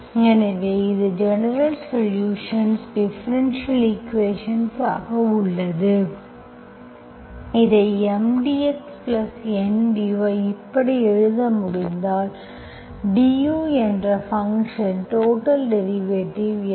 எனவே இது general solutions differential equations ஆக உள்ளது இதை M dxN dy இப்படி எழுத முடிந்தால் DU என்ற ஃபங்க்ஷன் டோடல் டெரிவேட்டிவ் என்ன